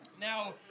Now